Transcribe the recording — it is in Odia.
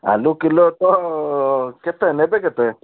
ଆଳୁ କିଲୋ ତ କେତେ ନେବେ କେତେ